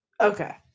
Okay